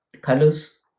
colors